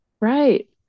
Right